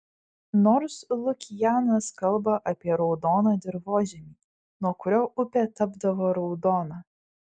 nors lukianas kalba apie raudoną dirvožemį nuo kurio upė tapdavo raudona